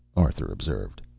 arthur observed.